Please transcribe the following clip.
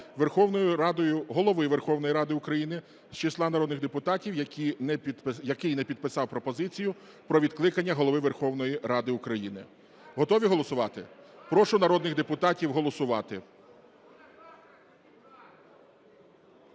Голови Верховної Ради України з числа народних депутатів, який не підписав пропозицію про відкликання Голови Верховної Ради України. Готові голосувати? Прошу народних депутатів голосувати.